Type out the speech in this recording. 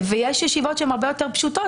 יש ישיבות הרבה יותר פשוטות